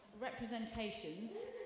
representations